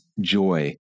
joy